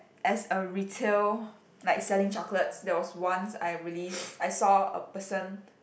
as a retail like selling chocolates there was once I really s~ I saw a person